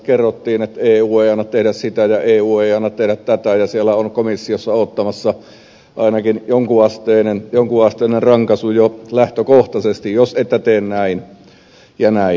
kerrottiin että eu ei anna tehdä sitä ja eu ei anna tehdä tätä ja siellä on komissiossa odottamassa ainakin jonkun asteinen rankaisu jo lähtökohtaisesti jos ette tee näin ja näin